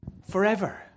Forever